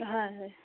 হয় হয়